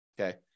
okay